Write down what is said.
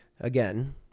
again